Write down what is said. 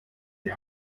die